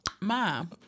mom